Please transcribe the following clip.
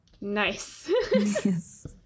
nice